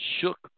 shook